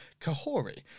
Kahori